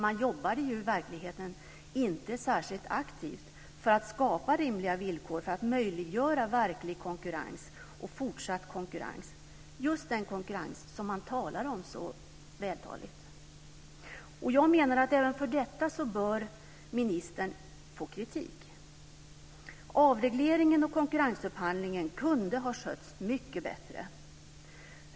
Man jobbade ju i verkligheten inte särskilt aktivt för att skapa rimliga villkor för att möjliggöra verklig och fortsatt konkurrens - just den konkurrens som man så vältaligt talade om. Jag menar att ministern bör få kritik även för detta. Avregleringen och konkurrensupphandlingen kunde ha skötts mycket bättre.